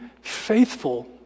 faithful